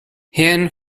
hirn